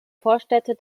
vorstädte